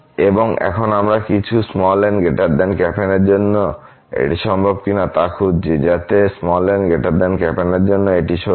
এবং এখন আমরা কিছু n N এর জন্য এটি সম্ভব কিনা তা খুঁজছি যাতে n N এর জন্য এটি সত্য